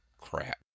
Crap